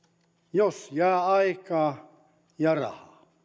jos jää aikaa ja